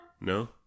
No